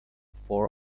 for